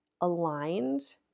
aligned